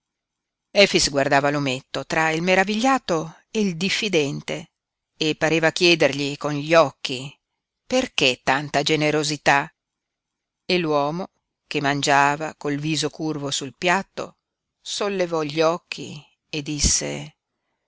guardava l'ometto tra il meravigliato e il diffidente e pareva chiedergli con gli occhi perché tanta generosità e l'uomo che mangiava col viso curvo sul piatto sollevò gli occhi e disse